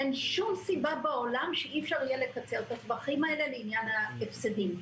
אין שום סיבה בעולם שאי אפשר יהיה לקצר את הטווחים האלה לעניין ההפסדים,